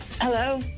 Hello